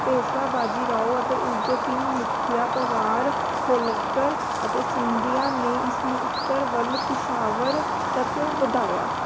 ਪੇਸ਼ਵਾ ਬਾਜੀਰਾਓ ਅਤੇ ਉਸ ਦੇ ਤਿੰਨ ਮੁਖੀਆ ਪਵਾਰ ਹੋਲਕਰ ਅਤੇ ਸਿੰਧੀਆ ਨੇ ਇਸ ਨੂੰ ਉੱਤਰ ਵੱਲ ਪਿਸ਼ਾਵਰ ਤੱਕ ਵਧਾਇਆ